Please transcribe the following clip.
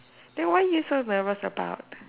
then why you so nervous about